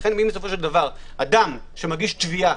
לכן אם אדם שמגיש תביעה